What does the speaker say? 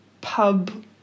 pub